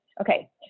okay